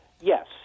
Yes